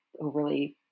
overly